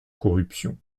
corruption